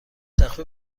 تخفیفی